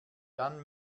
dann